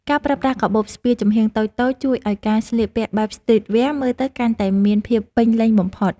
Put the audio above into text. ការប្រើប្រាស់កាបូបស្ពាយចំហៀងតូចៗជួយឱ្យការស្លៀកពាក់បែបស្ទ្រីតវែរមើលទៅកាន់តែមានភាពពេញលេញបំផុត។